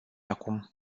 acum